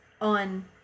on